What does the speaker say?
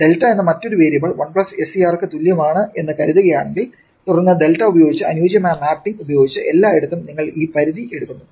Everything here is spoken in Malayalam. ഡെൽറ്റ എന്ന മറ്റൊരു വേരിയബിൾ 1 SCR ക്ക് തുല്യമാണ് എന്ന് കരുതുകയാണെങ്കിൽ തുടർന്ന് ഡെൽറ്റ ഉപയോഗിച്ച് അനുയോജ്യമായ മാപ്പിംഗ് ഉപയോഗിച്ച് എല്ലായിടത്തും നിങ്ങൾ ഈ പരിധി എടുക്കുന്നു